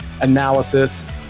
analysis